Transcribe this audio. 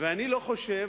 אני לא חושב